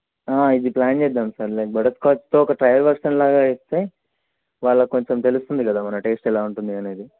ఇది ప్లాన్ చేద్దాం sir like బట్టర్స్కాచ్తో ఒక ట్రయల్ వర్షన్లాగా చేస్తే వాళ్ళకు కొంచెం తెలుస్తుంది కదా మన టేస్ట్ ఎలా ఉంటుంది అనేది